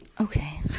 okay